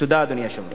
תודה, אדוני היושב-ראש.